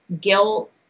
guilt